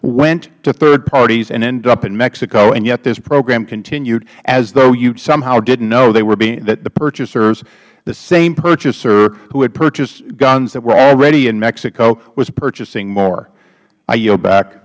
went to third parties and ended up in mexico and yet this program continued as though you somehow didn't know they wereh that the purchasers the same purchaser who had purchased guns that were already in mexico was purchasing more i yield back